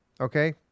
okay